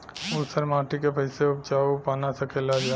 ऊसर माटी के फैसे उपजाऊ बना सकेला जा?